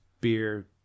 beer